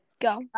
Go